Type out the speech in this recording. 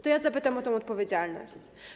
To zapytam o tę odpowiedzialność.